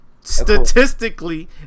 Statistically